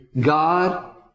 God